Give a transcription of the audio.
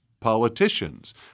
politicians